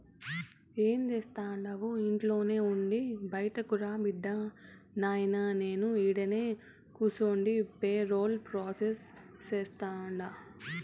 ఏం జేస్తండావు ఇంట్లోనే ఉండి బైటకురా బిడ్డా, నాయినా నేను ఈడనే కూసుండి పేరోల్ ప్రాసెస్ సేస్తుండా